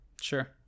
Sure